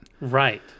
right